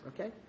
okay